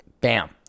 Bam